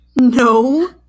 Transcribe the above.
No